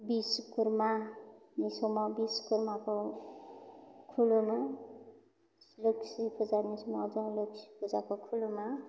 बिश्व कर्मानि समाव बिश्व कर्माखौ खुलुमो लोक्षि फुजानि समाव जों लोक्षि फुजाखौ खुलुमो